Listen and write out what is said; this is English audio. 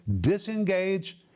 disengage